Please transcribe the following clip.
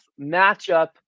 matchup